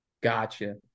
Gotcha